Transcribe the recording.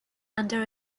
under